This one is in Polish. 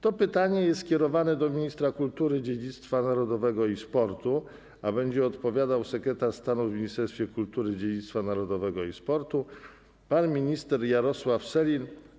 To pytanie jest skierowane do ministra kultury, dziedzictwa narodowego i sportu, a będzie odpowiadał sekretarz stanu w Ministerstwie Kultury, Dziedzictwa Narodowego i Sportu pan minister Jarosław Sellin.